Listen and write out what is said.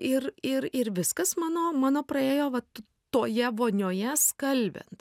ir ir ir viskas mano mano praėjo vat toje vonioje skalbiant